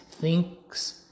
thinks